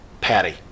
Patty